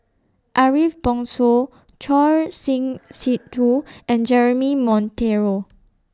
Ariff Bongso Choor Singh Sidhu and Jeremy Monteiro